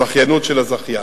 הזכיינות של הזכיין,